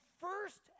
first